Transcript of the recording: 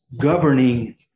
governing